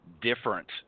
different